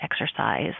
exercise